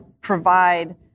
provide